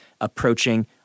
approaching